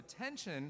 attention